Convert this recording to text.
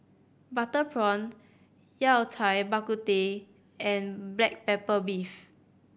butter prawn Yao Cai Bak Kut Teh and black pepper beef